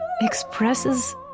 expresses